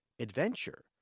adventure